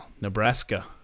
Nebraska